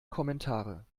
kommentare